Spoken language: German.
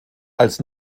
als